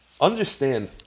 Understand